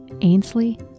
Ainsley